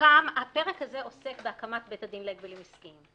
שהפרק הזה עוסק בהקמת בית הדין להגבלים עסקיים.